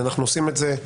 ואנחנו עושים את זה,